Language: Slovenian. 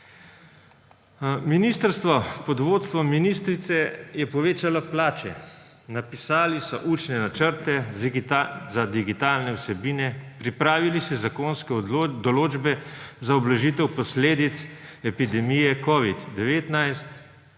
pod vodstvom ministrice. Je povečala plače, napisali so učne načrte za digitalne vsebine, pripravili so zakonske določbe za ublažitev posledic epidemije covida-19,